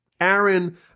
Aaron